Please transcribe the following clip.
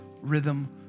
rhythm